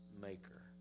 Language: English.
maker